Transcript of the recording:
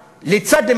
לצד,